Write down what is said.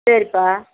சரிப்பா